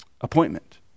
Appointment